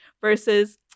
versus